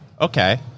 Okay